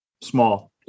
small